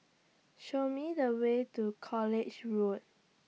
Show Me The Way to College Road